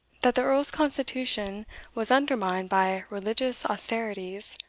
that the earl's constitution was undermined by religious austerities,